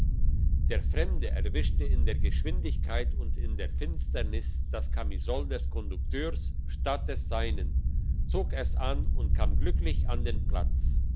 der fremde erwischte in der geschwindigkeit und in der finsternis das kamisol des kondukteurs statt des seinen zog es an und kam glücklich an den platz